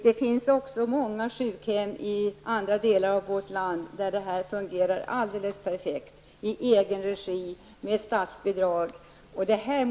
Det finns också många sjukhem i andra delar av vårt land där det här fungerar alldeles perfekt -- i egen regi, med statsbidrag.